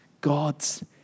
God's